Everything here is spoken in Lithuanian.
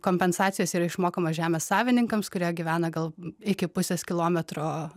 kompensacijos ir išmokamos žemės savininkams kurie gyvena gal iki pusės kilometro